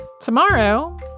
Tomorrow